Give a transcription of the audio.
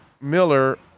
Miller